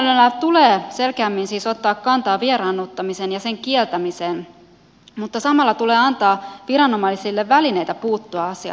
lainsäädännöllä tulee selkeämmin siis ottaa kantaa vieraannuttamiseen ja sen kieltämiseen mutta samalla tulee antaa viranomaisille välineitä puuttua asiaan